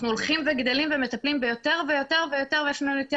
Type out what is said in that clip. אנחנו הולכים וגדלים ומטפלים ביותר ויותר ויותר ויש לנו יותר